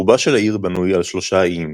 רובה של העיר בנוי על שלושה איים,